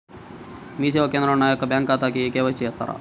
మీ సేవా కేంద్రంలో నా యొక్క బ్యాంకు ఖాతాకి కే.వై.సి చేస్తారా?